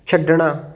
ਛੱਡਣਾ